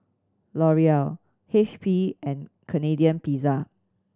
Laurier H P and Canadian Pizza